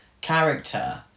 character